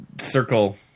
Circle